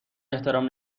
احترام